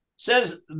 says